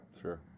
Sure